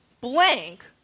blank